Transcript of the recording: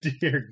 Dear